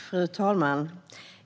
Fru talman!